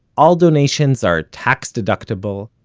all donations are tax-deductible,